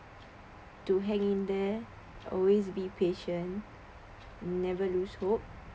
to hang in there always be patient never lose hope